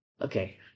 okay